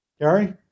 Gary